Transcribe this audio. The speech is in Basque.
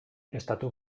estatu